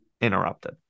interrupted